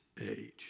age